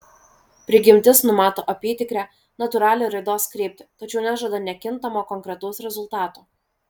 prigimtis numato apytikrę natūralią raidos kryptį tačiau nežada nekintamo konkretaus rezultato